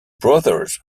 brothers